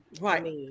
right